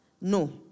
No